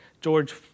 George